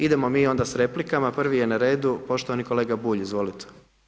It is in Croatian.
Idemo mi onda s replikama, prvi je na redu, poštovani kolega Bulj, izvolite.